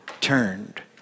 turned